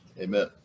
Amen